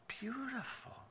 beautiful